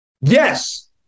Yes